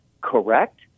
correct